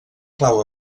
clau